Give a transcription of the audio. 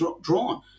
drawn